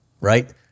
right